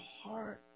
heart